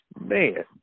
Man